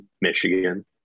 Michigan